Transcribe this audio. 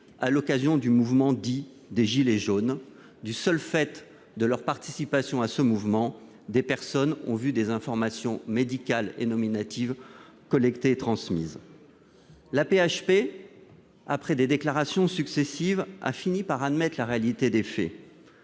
à l'occasion du mouvement dit des « gilets jaunes ». Du seul fait de leur participation à ce mouvement, des personnes ont vu des informations médicales et nominatives être collectées et transmises. L'AP-HP, après des déclarations successives, a fini par admettre la réalité des faits.